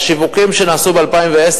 והשיווקים שנעשו ב-2010,